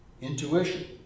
Intuition